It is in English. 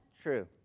true